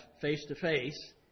face-to-face